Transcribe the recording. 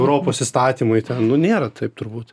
europos įstatymai ten nu nėra taip turbūt